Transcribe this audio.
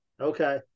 Okay